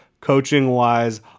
coaching-wise